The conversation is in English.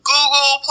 Google